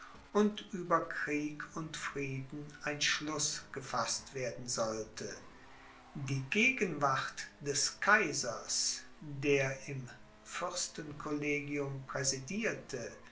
und über krieg und frieden ein schluß gefaßt werden sollte die gegenwart des kaisers der im fürstencollegium präsidierte